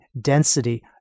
density